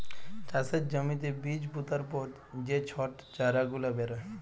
চাষের জ্যমিতে বীজ পুতার পর যে ছট চারা গুলা বেরয়